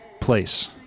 Place